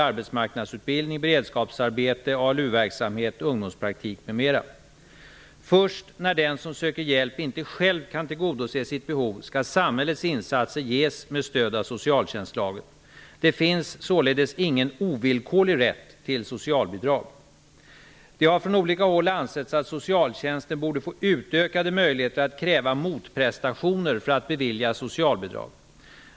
Först när den som söker hjälp inte själv kan tillgodose sitt behov skall samhällets insatser ges med stöd av socialtjänstlagen. Det finns således ingen ovillkorlig rätt till socialbidrag. Det har från olika håll ansetts att socialtjänsten borde får utökade möjligheter att kräva motprestationer för att bevilja socialbidrag.